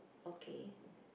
okay